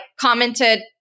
commented